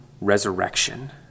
resurrection